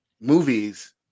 movies